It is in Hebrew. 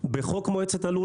בחוק מועצת הלול,